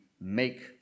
make